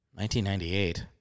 1998